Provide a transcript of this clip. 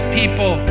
people